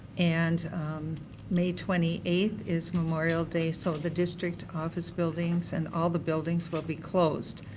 and may twenty eight is memorial day, so the district office buildings and all the buildings will be closed.